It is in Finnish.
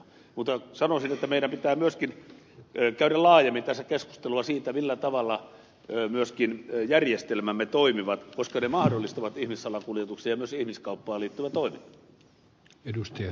mutta sanoisin että meidän pitää myöskin käydä laajemmin tässä keskustelua siitä millä tavalla myöskin järjestelmämme toimivat koska ne mahdollistavat ihmissalakuljetukseen ja myös ihmiskauppaan liittyvän toiminnan